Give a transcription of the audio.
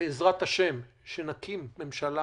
בעזרת ה', שנקים ממשלה